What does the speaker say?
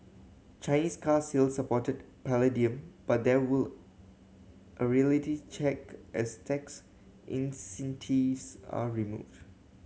Chinese car sales supported palladium but there will a reality check as tax incentives are removed